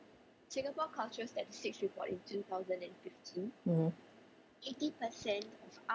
mm